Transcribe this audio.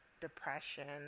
depression